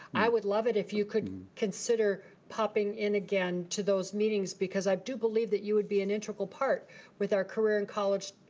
i would love it if you could consider popping in again to those meetings, because i do believe that you would be an integral part with our career and college,